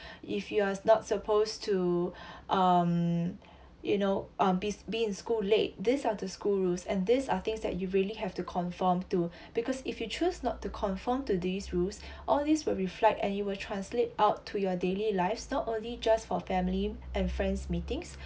if you are not supposed to um you know um be be in school late this are the school rules and these are things that you really have to conform to because if you choose not to conform to these rules all these will reflect and it will translate out to your daily lives not only just for family and friends meetings